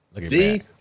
See